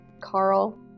Carl